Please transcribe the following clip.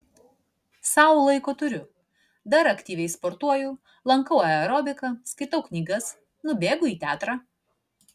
sau laiko turiu dar aktyviai sportuoju lankau aerobiką skaitau knygas nubėgu į teatrą